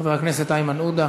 חבר הכנסת איימן עודה,